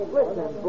Listen